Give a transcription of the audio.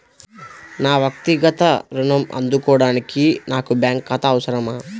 నా వక్తిగత ఋణం అందుకోడానికి నాకు బ్యాంక్ ఖాతా అవసరమా?